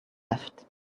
left